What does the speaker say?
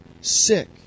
Sick